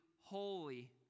holy